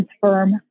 firm